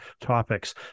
topics